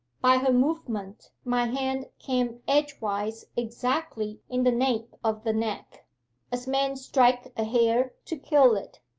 by her movement my hand came edgewise exactly in the nape of the neck as men strike a hare to kill it.